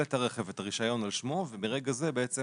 את הרכב ואת הרישיון על שמו ומרגע זה בעצם